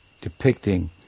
depicting